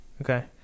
Okay